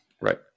Right